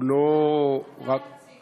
הוא לא, אתה הנציג.